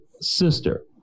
sister